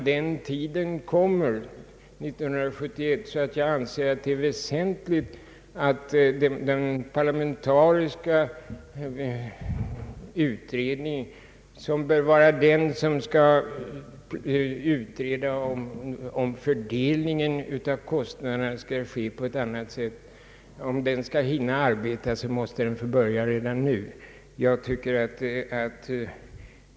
Det är väsent ligt att den parlamentariska utredning som bör föreslå hur fördelningen av kostnaderna skall ske får börja sitt arbete redan nu.